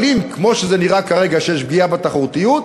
אבל אם, כמו שזה נראה כרגע, יש פגיעה בתחרותיות,